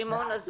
שמעון.